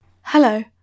Hello